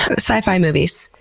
sci-fi movies.